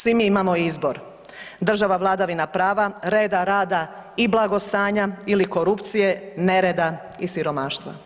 Svi mi imamo izbor, država vladavina prava, reda, rada i blagostanja ili korupcije, nereda i siromaštva.